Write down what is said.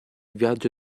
viaggio